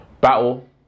battle